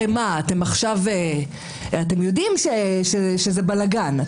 הרי אתם יודעים שזה בלגן,